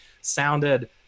sounded